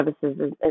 services